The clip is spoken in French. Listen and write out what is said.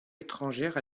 étrangère